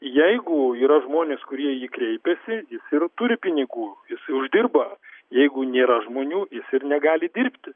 jeigu yra žmonės kurie į jį kreipiasi ir turi pinigų jisai uždirba jeigu nėra žmonių jis ir negali dirbti